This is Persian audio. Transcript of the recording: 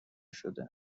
شده